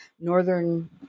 Northern